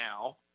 now